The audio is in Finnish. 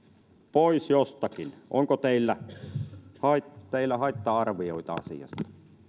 pois jostakin onko teillä haitta teillä haitta arvioita asiasta